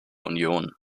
union